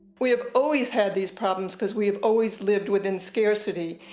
we have always had these problems because we have always lived within scarcity,